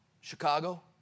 Chicago